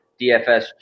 DFS